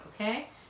okay